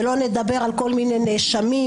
שלא לדבר על כל מיני אשמים,